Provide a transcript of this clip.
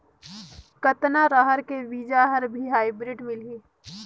कतना रहर के बीजा हर भी हाईब्रिड मिलही?